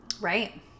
right